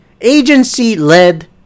agency-led